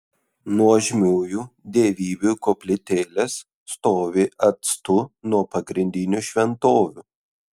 nuožmiųjų dievybių koplytėlės stovi atstu nuo pagrindinių šventovių